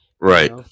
Right